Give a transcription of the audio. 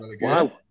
Wow